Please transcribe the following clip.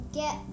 get